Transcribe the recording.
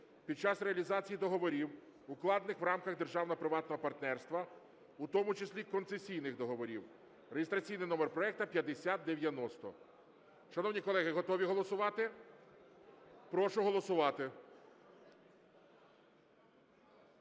під час реалізації договорів, укладених в рамках державно-приватного партнерства, у тому числі концесійних договорів (реєстраційний номер проекту 5090). Шановні колеги, готові голосувати? Прошу голосувати.